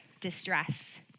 distress